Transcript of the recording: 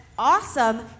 Awesome